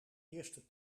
eerste